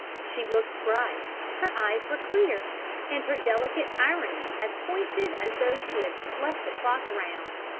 she looked bright. her eyes were clear and her delicate irony as pointed as though she had slept the clock round.